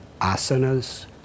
asanas